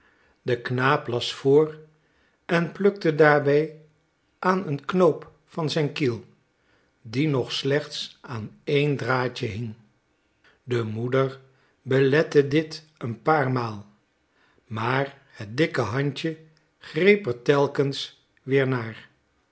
de knaap las voor en plukte daarbij aan een knoop van zijn kiel die nog slechts aan één draadje hing de moeder belette dit een paar maal maar het dikke handje greep er telkens weer naar